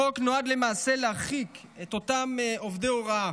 החוק נועד למעשה להרחיק את אותם עובדי הוראה